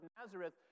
Nazareth